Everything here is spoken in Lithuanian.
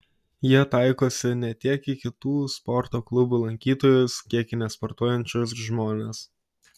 jie taikosi ne tiek į kitų sporto klubų lankytojus kiek į nesportuojančius žmones